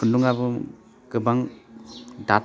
खुन्दुङाबो गोबां दाद